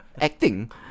Acting